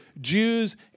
Jews